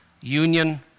union